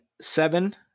seven